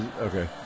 Okay